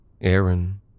Aaron